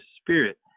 Spirit